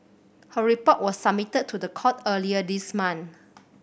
her report was submitted to the court earlier this month